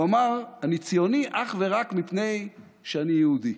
הוא אמר: אני ציוני אך ורק מפני שאני יהודי.